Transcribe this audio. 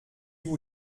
vous